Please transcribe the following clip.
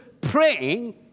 praying